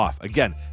Again